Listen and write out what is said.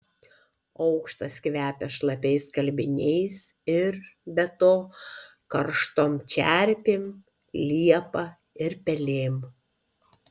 aukštas kvepia šlapiais skalbiniais ir be to karštom čerpėm liepa ir pelėm